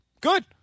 Good